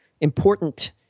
important